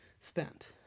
spent